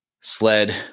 sled